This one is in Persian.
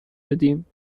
بدیم